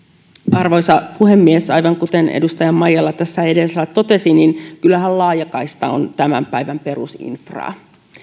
arvoisa puhemies aivan kuten edustaja maijala tässä edellä totesi kyllähän laajakaista on tämän päivän perusinfraa